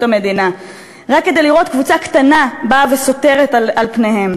המדינה רק כדי לראות קבוצה קטנה באה וסוטרת על פניהם.